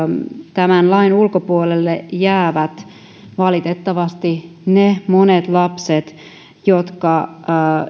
tämän lain ulkopuolelle jäävät valitettavasti ne monet lapset jotka